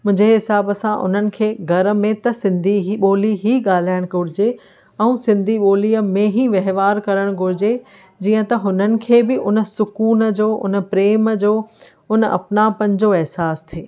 मुंहिंजे हिसाब सां उन्हनि खे घर में त सिंधी ई ॿोली ई ॻाल्हाइण घुरिजे ऐं सिंधी ॿोलीअ में ई वहिंवार करण घुरिजे जीअं त हुननि खे बि हुन सुकून जो हुन प्रेम जो हुन अपनापन जो एहिसास थिए